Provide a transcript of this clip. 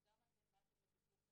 גם אתם באתם לביקור,